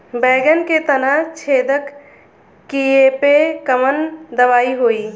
बैगन के तना छेदक कियेपे कवन दवाई होई?